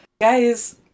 guys